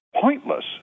pointless